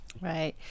Right